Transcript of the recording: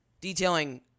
Detailing